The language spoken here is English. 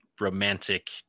romantic